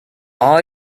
all